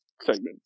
segment